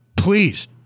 Please